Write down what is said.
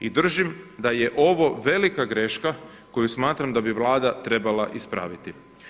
I držim da je ovo velika greška koju smatram da bi Vlada trebala ispraviti.